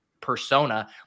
persona